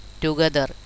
together